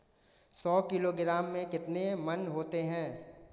सौ किलोग्राम में कितने मण होते हैं?